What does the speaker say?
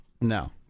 No